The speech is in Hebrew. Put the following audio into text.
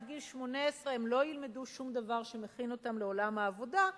עד גיל 18 הם לא ילמדו שום דבר שמכין אותם לעולם העבודה,